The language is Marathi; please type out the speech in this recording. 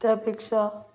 त्यापेक्षा